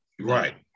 right